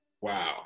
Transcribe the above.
wow